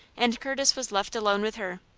and curtis was left alone with her.